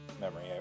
memory